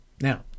Now